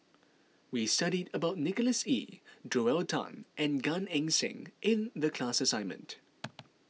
we studied about Nicholas Ee Joel Tan and Gan Eng Seng in the class assignment